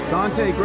Dante